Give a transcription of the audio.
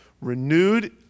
renewed